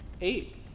Eight